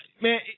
man